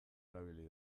erabili